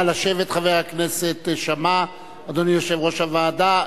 נא לשבת, חבר הכנסת שאמה, אדוני יושב-ראש הוועדה.